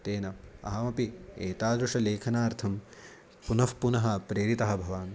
तेन अहमपि एतादृशलेखनार्थं पुनःपुनः प्रेरितः भवामि